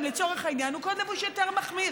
לצורך העניין הוא קוד לבוש יותר מחמיר.